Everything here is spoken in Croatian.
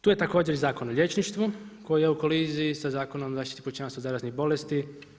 Tu je također i Zakon o liječništvu koji je u koliziji sa Zakonom o zaštiti pučanstva i zaraznih bolesti.